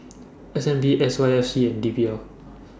S N B S Y F C and P D L